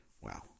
Wow